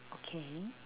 okay